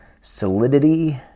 solidity